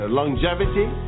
longevity